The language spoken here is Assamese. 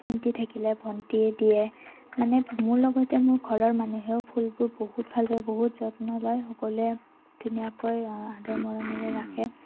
ভণ্টি থাকিলে ভণ্টিয়ে দিয়ে মানে মোৰ লগতে মোৰ ঘৰৰ মানুহেও ফুলবোৰ বহুত ভাল পায় বহুত যত্ন লয় সকলোৱে ধুনীয়াকৈ আদৰ মৰমেৰে ৰাখে